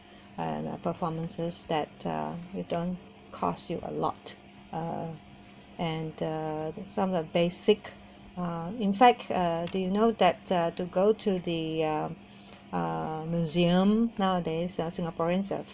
and performances that are it don't cost you a lot uh and uh some the basic uh in fact uh do you know that uh to go to the um uh museum nowadays uh singaporeans have